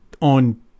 on